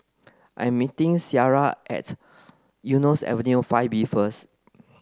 I'm meeting Sierra at Eunos Avenue five B first